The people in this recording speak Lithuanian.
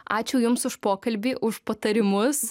ačiū jums už pokalbį už patarimus